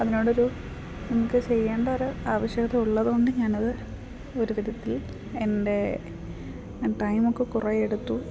അതിനോടൊരു നമുക്ക് ചെയ്യേണ്ട ഒരു ആവശ്യകത ഉള്ളതുകൊണ്ട് ഞാനത് ഒരു വിധത്തിൽ എൻ്റെ ടൈമൊക്കെ കുറേ എടുത്തു